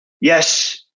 Yes